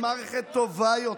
למערכת טובה יותר,